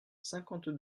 cinquante